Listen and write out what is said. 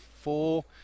four